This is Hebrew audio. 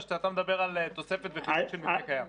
שאתה מדבר על תוספת וחידוש של מבנה קיים?